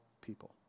people